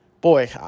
boy